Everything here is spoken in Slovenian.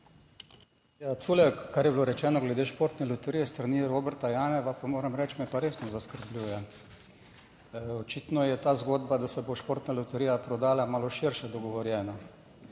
tole kar je bilo rečeno glede športne loterije s strani Roberta Janeva, pa moram reči, me pa resno zaskrbljuje. Očitno je ta zgodba, da se bo športna loterija prodala malo širše dogovorjeno